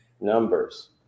numbers